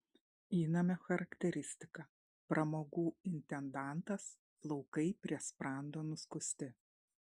įnamio charakteristika pramogų intendantas plaukai prie sprando nuskusti